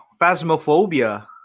Phasmophobia